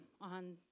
on